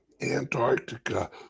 Antarctica